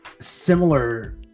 Similar